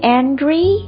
angry